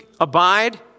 abide